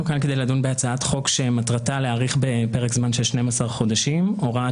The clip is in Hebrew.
אנחנו כאן כדי לדון בהצעת חוק שמטרתה להאריך בפרק זמן של 12 חודשים הוראת